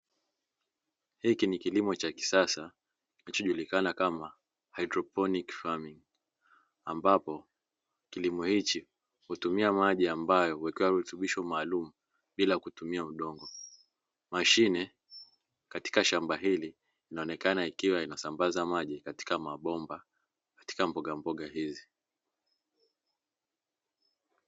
Hiki ni kilimo cha kisasa kinachojulikanacho kama haidroponiki famingi ambapo kilimo hichi hutumia maji ambayo huwekewa vitutubisho maalumu bila kutumia udongo, mashine katika shamba hili inaonekana ikiwa inasambaza maji katika mabomba katika mbogamboga hizi.